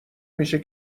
میشه